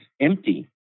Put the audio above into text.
empty